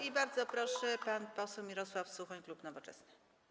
I bardzo proszę, pan poseł Mirosław Suchoń, klub Nowoczesna.